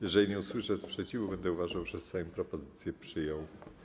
Jeżeli nie usłyszę sprzeciwu, będę uważał, że Sejm propozycję przyjął.